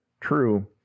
True